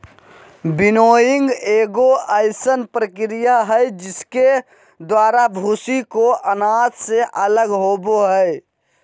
winnowing एगो अइसन प्रक्रिया हइ जिसके द्वारा भूसी को अनाज से अलग होबो हइ